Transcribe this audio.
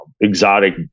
exotic